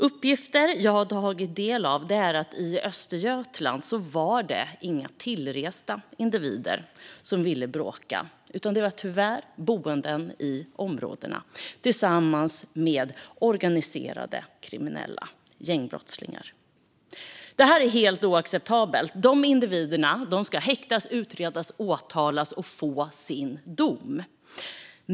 Uppgifter jag har tagit del av är att i Östergötland var det inga tillresta individer som ville bråka, utan det var tyvärr boende i områdena tillsammans med organiserade kriminella gängbrottslingar. Det här är helt oacceptabelt. Individerna ska häktas, utredas, åtalas och få sin dom.